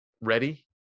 ready